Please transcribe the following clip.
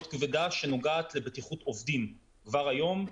כבדה שנוגעת לבטיחות עובדים כבר היום,